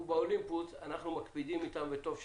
הוא באולימפוס אנחנו מקפידים איתם, וטוב שכך.